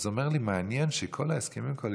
אז הוא אומר לי: מעניין שבכל ההסכמים הקואליציוניים,